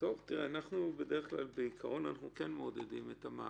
אנחנו כבר בשבוע הבא יוצאים לתוכנית הכשרה,